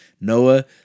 Noah